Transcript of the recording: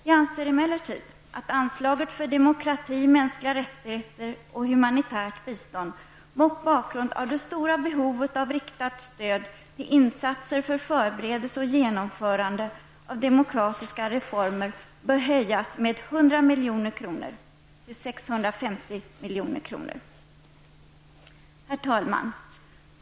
Vi anser emellertid att anslaget för demokrati, mänskliga rättigheter och humanitärt bistånd, mot bakgrund av det stora behovet av riktat stöd till insatser för förberedelse och genomförande av demokratiska reformer, bör höjas med 100 milj.kr. till 650 milj.kr. Herr talman!